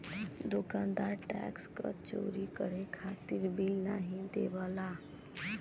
दुकानदार टैक्स क चोरी करे खातिर बिल नाहीं देवला